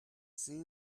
see